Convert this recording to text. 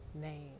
name